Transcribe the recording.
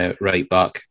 right-back